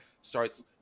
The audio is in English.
starts